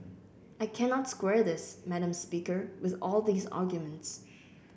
I cannot square this madam speaker with all these arguments